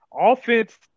Offense